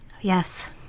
Yes